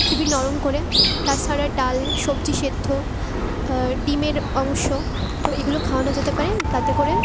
খুবই নরম করে তাছাড়া ডাল সবজি সেদ্ধ ডিমের অংশ তো এগুলো খাওয়ানো যেতে পারে তাতে করে